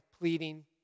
pleading